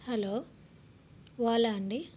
hello Ola అండి